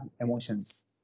emotions